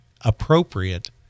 appropriate